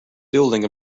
building